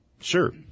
Sure